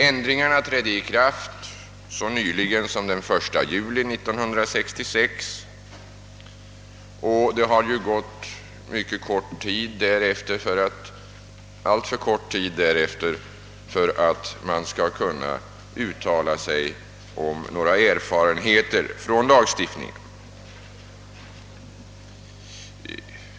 Ändringarna trädde i kraft så nyligen som den 1 juli 1966, och det har därefter gått alltför kort tid för att någon större erfarenhet från lagstiftningens tillämpning skall ha vunnits.